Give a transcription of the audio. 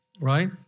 Right